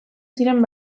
ziren